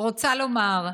רוצה לומר: